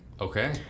Okay